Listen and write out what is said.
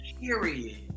Period